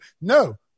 No